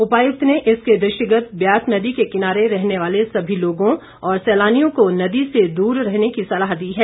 उपायुक्त ने इसके दृष्टिगत ब्यास नदी के किनारे रहने वाले सभी लोगों और सैलानियों को नदी से दूर रहने की सलाह दी है